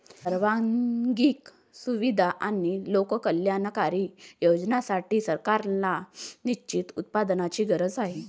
सार्वजनिक सुविधा आणि लोककल्याणकारी योजनांसाठी, सरकारांना निश्चित उत्पन्नाची गरज असते